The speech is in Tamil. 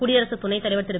குடியரசுத் துணைத்தலைவர் திரு